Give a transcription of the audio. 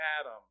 Adam